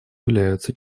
являются